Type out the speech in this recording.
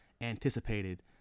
anticipated